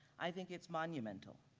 i think it's monumental.